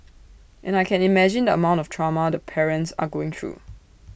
and I can imagine the amount of trauma the parents are going through